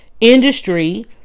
industry